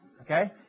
Okay